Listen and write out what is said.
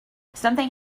something